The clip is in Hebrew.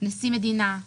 נשיא המדינה,